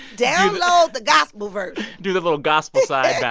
download the gospel version do the little gospel side yeah